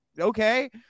okay